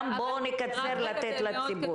בואו נקצר, לתת לציבור.